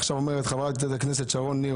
עכשיו אומרת חבר הכנסת שרון ניר